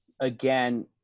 again